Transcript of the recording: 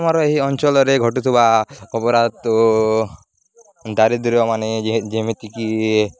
ଆମର ଏହି ଅଞ୍ଚଳରେ ଘଟୁଥିବା ଅବରାଧ ଦାରିଦ୍ର୍ୟ ମାନେ ଯେମିତିକି